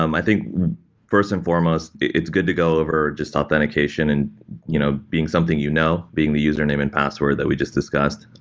um i think first and foremost it's good to go over just authentication and you know being something you know, being the username and password that we just discussed,